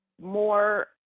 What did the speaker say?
more